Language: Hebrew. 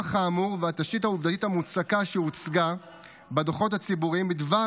נוכח האמור והתשתית העובדתית המוצקה שהוצגה בדוחות הציבוריים בדבר